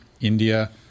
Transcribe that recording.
India